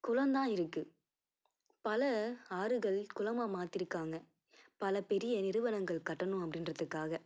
குளந்தான் இருக்குது பல ஆறுகள் குளமாக மாத்தியிருக்காங்க பல பெரிய நிறுவனங்கள் கட்டணும் அப்படின்றதுக்காக